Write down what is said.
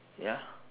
ya